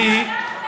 מיקי,